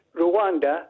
Rwanda